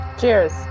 Cheers